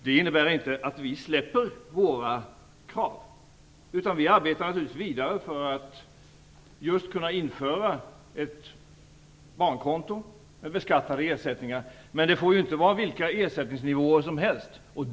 Det innebär inte att vi släpper våra krav, utan vi arbetar naturligtvis vidare för att just kunna införa ett barnkonto, en beskattad ersättning. Men det får inte vara vilken ersättningsnivå som helst.